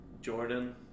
Jordan